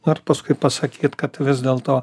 nu ir paskui pasakyt kad vis dėl to